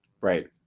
Right